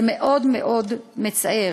זה מאוד מאוד מצער.